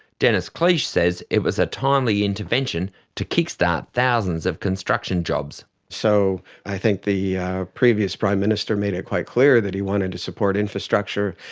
dennis cliche says it was a timely intervention to kick-start thousands of construction jobs. so i think the previous prime minister made it quite clear that he wanted to support infrastructure,